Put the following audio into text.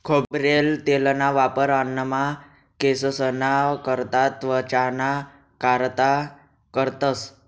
खोबरेल तेलना वापर अन्नमा, केंससना करता, त्वचाना कारता करतंस